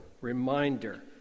reminder